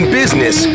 business